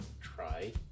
try